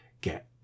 get